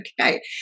okay